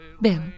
Bill